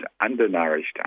undernourished